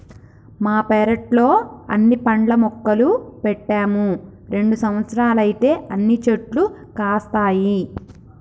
మా పెరట్లో అన్ని పండ్ల మొక్కలు పెట్టాము రెండు సంవత్సరాలైతే అన్ని చెట్లు కాస్తాయి